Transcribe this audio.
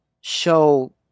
show